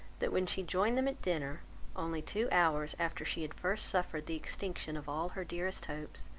that when she joined them at dinner only two hours after she had first suffered the extinction of all her dearest hopes,